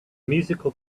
musical